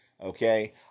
Okay